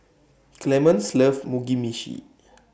Clemens loves Mugi Meshi